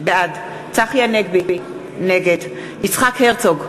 בעד צחי הנגבי, נגד יצחק הרצוג,